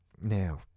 Now